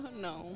no